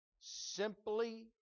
simply